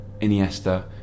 Iniesta